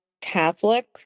catholic